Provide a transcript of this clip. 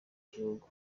gihugu